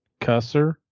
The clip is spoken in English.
cusser